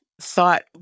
thought